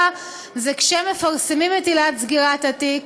זה שכשמפרסמים את עילת סגירת התיק,